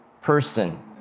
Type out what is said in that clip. person